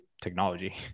technology